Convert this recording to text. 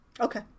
Okay